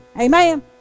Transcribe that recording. Amen